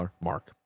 mark